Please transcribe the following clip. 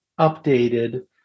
updated